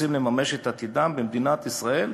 הרוצים לממש את עתידם במדינת ישראל,